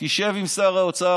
תשב עם שר האוצר,